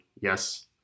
yes